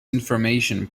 information